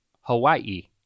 Hawaii